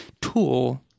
tool